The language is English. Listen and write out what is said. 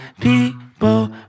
people